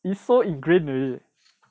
it's so ingrained already